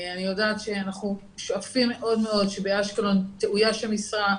אני יודעת שאנחנו שואפים מאוד מאוד שבאשקלון תאויש המשרה,